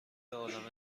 عالمه